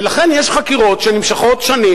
ולכן יש חקירות שנמשכות שנים,